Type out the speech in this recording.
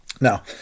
Now